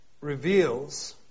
reveals